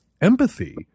empathy